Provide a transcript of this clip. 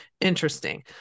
Interesting